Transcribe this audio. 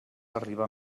arriba